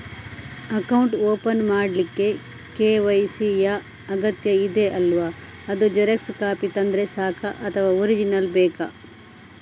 Account open ಮಾಡ್ಲಿಕ್ಕೆ KYC ಯಾ ಅಗತ್ಯ ಇದೆ ಅಲ್ವ ಅದು ಜೆರಾಕ್ಸ್ ಕಾಪಿ ತಂದ್ರೆ ಸಾಕ ಅಥವಾ ಒರಿಜಿನಲ್ ಬೇಕಾ?